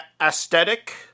aesthetic